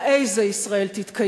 אבל, זה לא שייך.